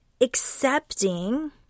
accepting